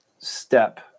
step